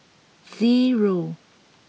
zero